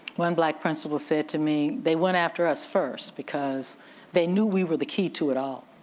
one black principal said to me they went after us first because they knew we were the key to it all